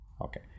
okay